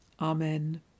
Amen